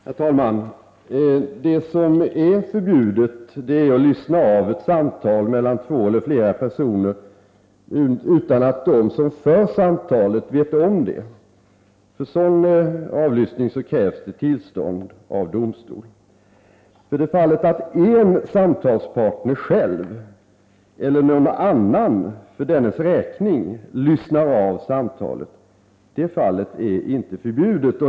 Herr talman! Vad som är förbjudet är att lyssna av ett samtal mellan två eller flera personer utan att de som för samtalet vet om det. För sådan avlyssning krävs tillstånd av domstol. Att en samtalspartner själv, eller någon annan för dennes räkning, lyssnar av samtalet är inte förbjudet.